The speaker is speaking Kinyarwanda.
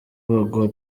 baguha